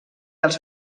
els